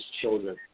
children